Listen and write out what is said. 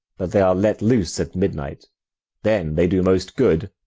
but they are let loose at midnight then they do most good,